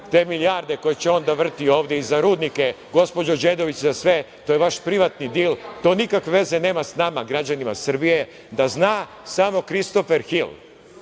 te milijarde koje će on da vrti ovde i za rudnike, gospođo Đedović, za sve, to je vaš privatni dil, to nikakve veze nema sa nama, građanima Srbije, da zna samo Kristofer Hil